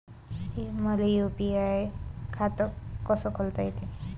मले यू.पी.आय खातं कस खोलता येते?